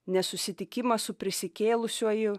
nes susitikimas su prisikėlusiuoju